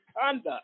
conduct